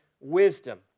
wisdom